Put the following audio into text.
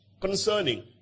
concerning